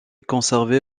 conservée